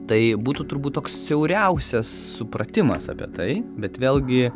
tai būtų turbūt toks siauriausias supratimas apie tai bet vėlgi